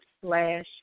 slash